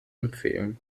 empfehlen